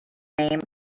name